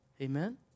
Amen